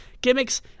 gimmicks